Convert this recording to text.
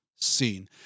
seen